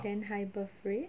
then high birth rate